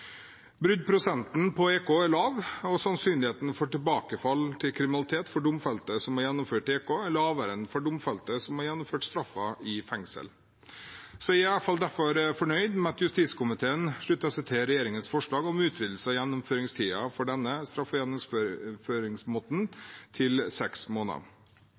på EK er lav, og sannsynligheten for tilbakefall til kriminalitet for domfelte som har gjennomført straffen med EK, er lavere enn for domfelte som har gjennomført straffen i fengsel. Jeg er derfor fornøyd med at justiskomiteen slutter seg til regjeringens forslag om utvidelse av gjennomføringstiden for denne straffegjennomføringsmåten til seks måneder.